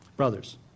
Brothers